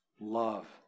love